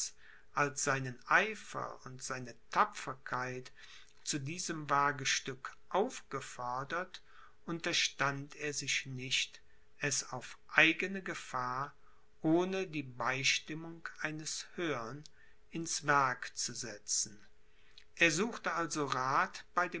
als seinen eifer und seine tapferkeit zu diesem wagestück aufgefordert unterstand er sich nicht es auf eigene gefahr ohne die beistimmung eines höhern ins werk zu setzen er suchte also rath bei